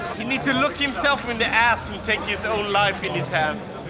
he needs to look himself in the ass and take his own life in his hands.